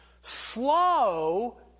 slow